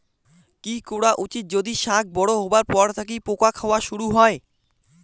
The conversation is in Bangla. কি করা উচিৎ যদি শাক বড়ো হবার পর থাকি পোকা খাওয়া শুরু হয়?